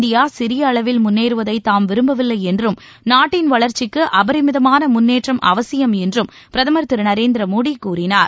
India சிறிய அளவில் முன்னேறுவதை தாம் விரும்பவில்லை என்றும் நாட்டின் வளர்ச்சிக்கு அபரிமிதமான முன்னேற்றம் அவசியம் என்றும் பிரதமர் திரு நரேந்திர மோடி கூறினார்